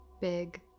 Big